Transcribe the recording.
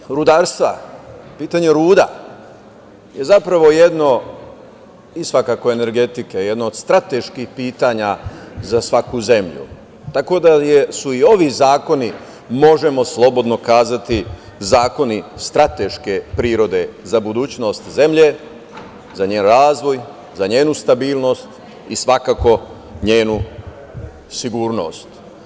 Pitanje rudarstva, pitanje ruda i energetike je zapravo jedno od strateških pitanja za svaku zemlju, tako da su i ovi zakoni, možemo slobodno kazati, zakoni strateške prirode za budućnost zemlje, za njen razvoj, za njenu stabilnost i svakako njenu sigurnost.